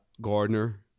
Gardner